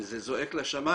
וזה זועק לשמים.